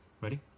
Ready